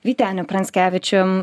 vyteniu pranckevičium